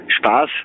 Spaß